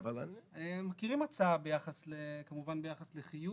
אנחנו מכירים הצעה כמובן ביחד לחיוב,